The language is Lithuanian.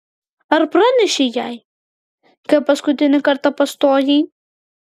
ar pranešei jai kai paskutinį kartą pastojai